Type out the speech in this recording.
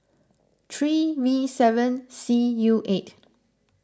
three V seven C U eight